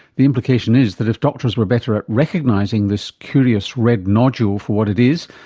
the implication is that if doctors were better at recognising this curious red nodule for what it is,